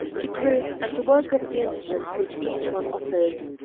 to group, and to work up the incidents which each one offers.